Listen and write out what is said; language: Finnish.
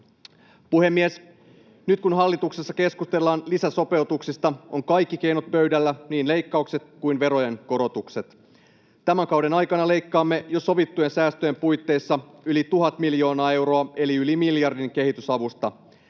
Puhemies! Nyt, kun hallituksessa keskustellaan lisäsopeutuksista, ovat kaikki keinot pöydällä: niin leikkaukset kuin verojen korotukset. Tämän kauden aikana leikkaamme jo sovittujen säästöjen puitteissa yli 1 000 miljoonaa euroa eli yli miljardin kehitysavusta.